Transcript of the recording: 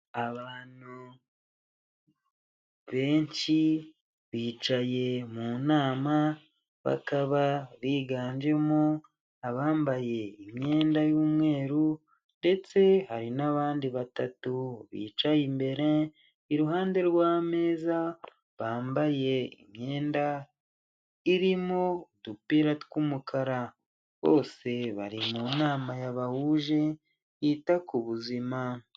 Abantu benshi, bicaye mu nama, bakaba biganjemo abambaye imyenda y'umweru ndetse hari n'abandi batatu bicaye imbere, iruhande rw'ameza, bambaye imyenda irimo udupira tw'umukara. Bose bari mu nama yabahuje, yita ku buzima.